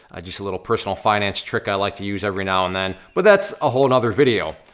ah just a little personal finance trick i like to use every now and then, but that's a whole nother video.